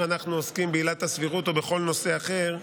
אנחנו עוסקים בעילת הסבירות או בכל נושא אחר,